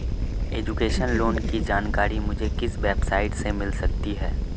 Education loan की जानकारी मुझे किस वेबसाइट से मिल सकती है?